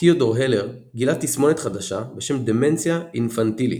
תיאודור הלר גילה תסמונת חדשה "דמנציה אינפנטיליס"